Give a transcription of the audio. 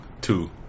Two